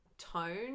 tone